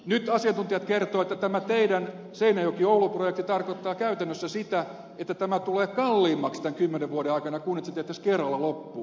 nyt asiantuntijat kertovat että tämä teidän seinäjokioulu projektinne tarkoittaa käytännössä sitä että tämä tulee kalliimmaksi tämän kymmenen vuoden aikana kuin että se tehtäisiin kerralla loppuun